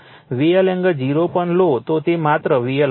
તેથી જો VL angle 0 પણ લો તો તે માત્ર VL હશે